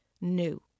new